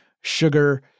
sugar